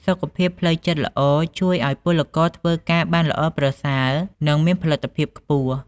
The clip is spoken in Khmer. សុខភាពផ្លូវចិត្តល្អជួយឲ្យពលករធ្វើការបានល្អប្រសើរ និងមានផលិតភាពខ្ពស់។